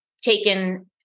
taken